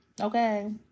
Okay